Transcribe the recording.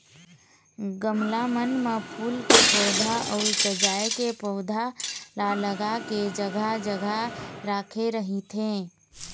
गमला मन म फूल के पउधा अउ सजाय के पउधा ल लगा के जघा जघा राखे रहिथे